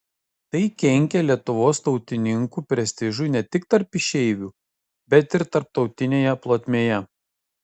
tai kenkė lietuvos tautininkų prestižui ne tik tarp išeivių bet ir tarptautinėje plotmėje